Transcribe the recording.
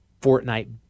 Fortnite